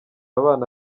abana